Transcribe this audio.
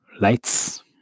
lights